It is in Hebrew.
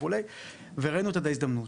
וראינו את ההזדמנות.